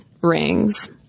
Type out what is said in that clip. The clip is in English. rings